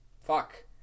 Fuck